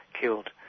killed